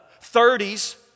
30s